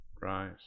Right